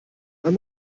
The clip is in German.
man